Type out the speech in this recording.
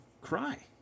cry